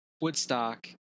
woodstock